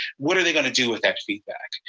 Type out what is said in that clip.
what are they going to do with that feedback?